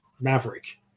Maverick